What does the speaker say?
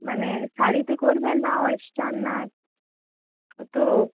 মানে শাড়িতে করবেন না ওয়েস্টার্ন না তো